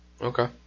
Okay